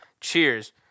Cheers